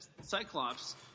Cyclops